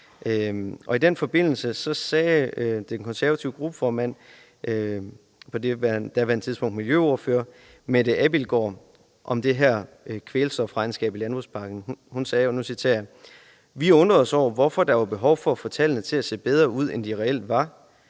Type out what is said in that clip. i den forbindelse sagde den konservative gruppeformand og på daværende tidspunkt miljøordfører, Mette Abildgaard, om det her kvælstofregnskab i landbrugspakken: »Vi undrede os over, hvorfor der var behov for at få tallene til at se bedre ud, end de reelt var.